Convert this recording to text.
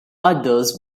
others